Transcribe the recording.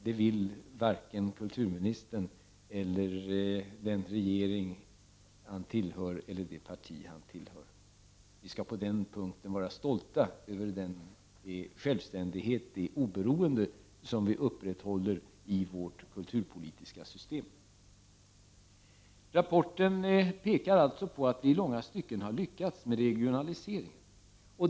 Detta vill dock varken kulturministern eller den regering och det parti han tillhör. På den punkten skall vi vara stolta över den självständighet och det oberoende som vi upprätthåller i vårt kulturpolitiska system. Rapporten pekar således på att vi i många avseenden har lyckats med regionaliseringen.